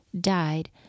died